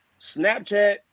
Snapchat